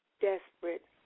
Desperate